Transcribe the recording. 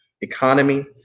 economy